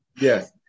Yes